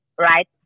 right